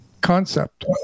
concept